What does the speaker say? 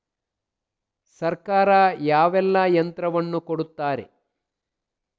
ಸರ್ಕಾರ ಯಾವೆಲ್ಲಾ ಯಂತ್ರವನ್ನು ಕೊಡುತ್ತಾರೆ?